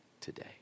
today